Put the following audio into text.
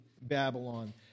Babylon